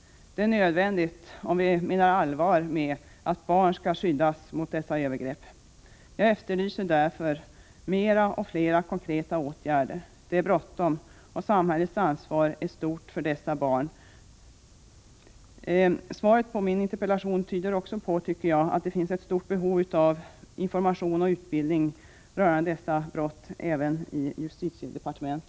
Det är nödvändigt om vi menar allvar med att barn skall skyddas mot dessa övergrepp. Jag 97 efterlyser därför mera och flera konkreta åtgärder. Det är bråttom, och samhällets ansvar är stort för dessa barn. Svaret på min interpellation tyder också, tycker jag, på att det även i justitiedepartementet finns ett stort behov av information och utbildning rörande dessa brott.